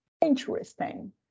interesting